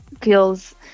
feels